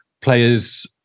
players